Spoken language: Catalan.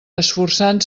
esforçant